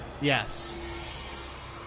Yes